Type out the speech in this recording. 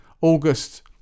August